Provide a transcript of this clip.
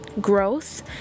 growth